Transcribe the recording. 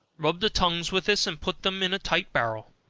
rub the tongues with this, and put them in a tight barrel